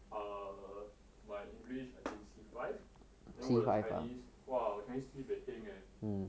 err my english I think C five then 我的 chinese !wah! 我 chinese sibeh heng eh